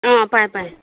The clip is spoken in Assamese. অ পায় পায়